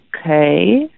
Okay